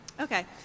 Okay